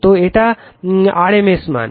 তো এটা rms মান